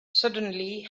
suddenly